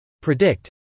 Predict